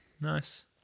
Nice